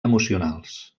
emocionals